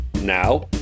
Now